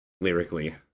lyrically